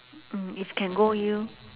mm if can go U